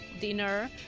dinner